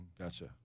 Gotcha